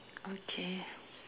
okay